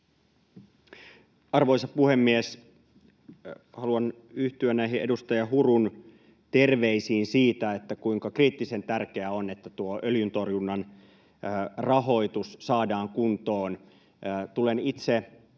Arvoisa puhemies! Haluan yhtyä näihin edustaja Hurun terveisiin siitä, kuinka kriittisen tärkeää on, että tuo öljyntorjunnan rahoitus saadaan kuntoon.